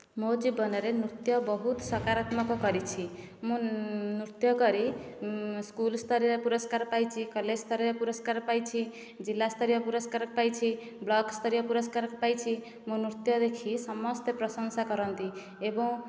ମୋ ଜୀବନରେ ନୃତ୍ୟ ବହୁତ ସକାରାତ୍ମକ କରିଛି ମୁଁ ନୃତ୍ୟ କରି ସ୍କୁଲ ସ୍ତରରେ ପୁରସ୍କାର ପାଇଛି କଲେଜ ସ୍ତରରେ ପୁରସ୍କାର ପାଇଛି ଜିଲ୍ଲା ସ୍ତରୀୟ ପୁରସ୍କାର ପାଇଛି ବ୍ଲକ ସ୍ତରୀୟ ପୁରସ୍କାର ପାଇଛି ମୋ ନୃତ୍ୟ ଦେଖିକି ସମସ୍ତେ ପ୍ରଶଂସା କରନ୍ତି ଏବଂ